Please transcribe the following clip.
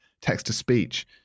text-to-speech